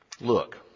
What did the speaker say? Look